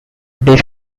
disk